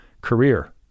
career